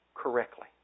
Correctly